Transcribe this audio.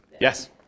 Yes